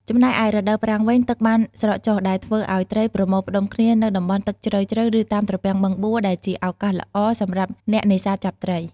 ចំណែកឯរដូវប្រាំងវិញ ទឹកបានស្រកចុះ ដែលធ្វើឲ្យត្រីប្រមូលផ្ដុំគ្នានៅតំបន់ទឹកជ្រៅៗ ឬតាមត្រពាំងបឹងបួរ ដែលជាឱកាសល្អសម្រាប់អ្នកនេសាទចាប់ត្រី។